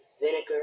vinegar